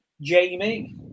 Jamie